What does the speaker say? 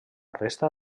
resta